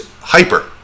hyper